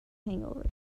hangover